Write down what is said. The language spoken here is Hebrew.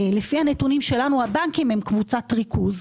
לפי הנתונים שלנו הבנקים הם קבוצת ריכוז'.